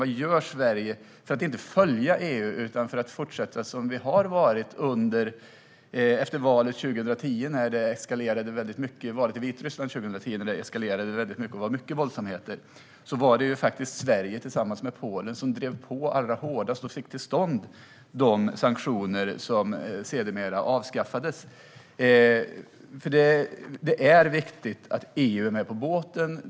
Vad gör Sverige för att inte följa EU utan för att fortsätta som det vi har varit efter valet i Vitryssland 2010, när våldsamheterna eskalerade och det blev mycket sådant? Då var det Sverige som tillsammans med Polen drev på allra hårdast och fick till stånd de sanktioner som sedermera avskaffades. Det är viktigt att EU är med på båten.